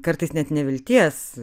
kartais net nevilties